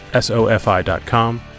SOFI.com